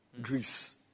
Greece